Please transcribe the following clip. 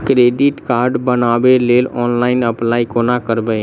Credit card बनाबै लेल online apply कोना करबै?